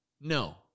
No